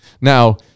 Now